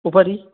उपरि